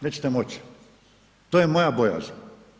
Nećete moći, to je moja bojazan.